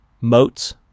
moats